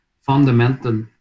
fundamental